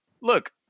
look